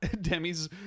Demi's